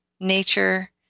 nature